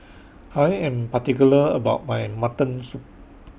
I Am particular about My Mutton Soup